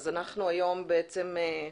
אנחנו היום בעצם,